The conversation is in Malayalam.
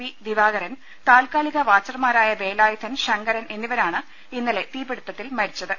വി ദിവാകരൻ താൽക്കാ ലിക വാച്ചർമാരായ വേലായുധൻ ശങ്കരൻ എന്നിവരാണ് ഇന്നലെ തീപിടി ത്തത്തിൽ മരിച്ചത്